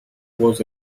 was